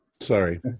Sorry